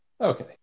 Okay